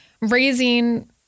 raising